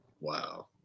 Wow